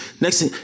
Next